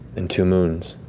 and two moons.